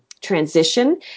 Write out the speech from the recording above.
transition